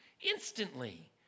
Instantly